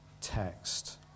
Text